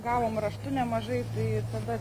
gavom raštu nemažai tai tada